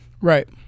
Right